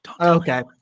Okay